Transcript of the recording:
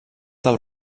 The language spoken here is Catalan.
del